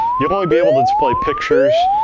you'll only be able to display pictures,